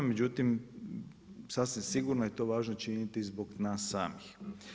Međutim, sasvim sigurno je to važno činiti zbog nas samih.